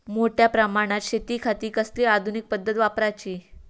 मोठ्या प्रमानात शेतिखाती कसली आधूनिक पद्धत वापराची?